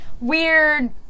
weird